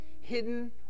hidden